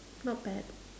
not bad